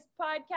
podcast